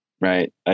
Right